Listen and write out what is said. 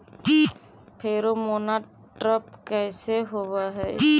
Pheromone trap कैसे होब हई?